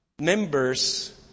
members